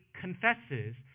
confesses